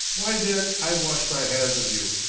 why, then, i wash my hands of you,